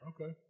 Okay